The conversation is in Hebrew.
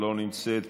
לא נמצאת,